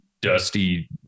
dusty